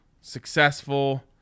successful